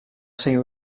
seguir